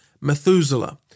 Methuselah